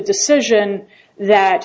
decision that